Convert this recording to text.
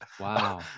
Wow